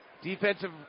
Defensive